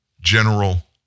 General